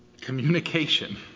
Communication